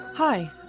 Hi